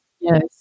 Yes